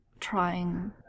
trying